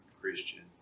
Christian